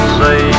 say